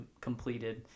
completed